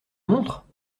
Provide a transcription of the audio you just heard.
montre